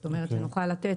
זאת אומרת, אני יכולה לתת